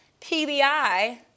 PBI